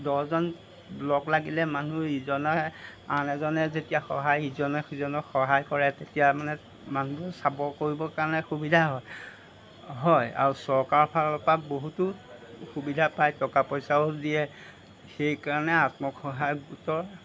দহজন লগ লাগিলে মানুহ ইজনে আন এজনে যেতিয়া সহায় ইজনে সিজনক সহায় কৰে তেতিয়া মনে মানুহে চাব কৰিবৰ কাৰণে সুবিধা হয় হয় আৰু চৰকাৰ ফালৰপৰা বহুতো সুবিধা পায় টকা পইচাও দিয়ে সেইকাৰণে আত্মসহায়ক গোটৰ